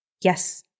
Yes